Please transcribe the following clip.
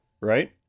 Right